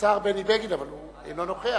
השר בני בגין, אבל הוא אינו נוכח.